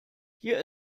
hier